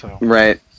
right